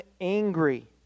angry